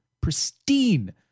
pristine